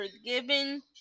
forgiven